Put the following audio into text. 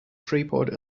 freeport